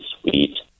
sweet